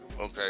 okay